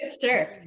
Sure